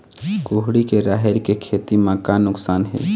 कुहड़ी के राहेर के खेती म का नुकसान हे?